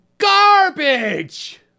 GARBAGE